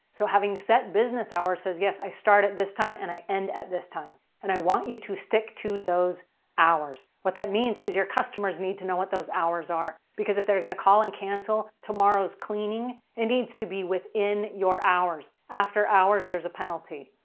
so, having set business hours says, yes, i start at this time and i end at this time and i want you to stick to those hours. what that means is your customers need to know what those hours are, because if they're going to call and cancel tomorrow's cleaning, it needs to be within your hours. after hours, there's a penalty.